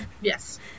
yes